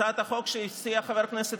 חבר הכנסת